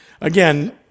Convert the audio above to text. again